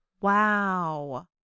Wow